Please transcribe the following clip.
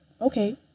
okay